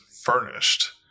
furnished